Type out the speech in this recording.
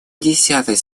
десятой